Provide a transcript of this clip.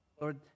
Lord